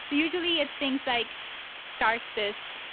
so usually, it's things like start this,